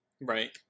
right